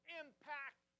impact